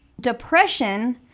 depression